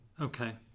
okay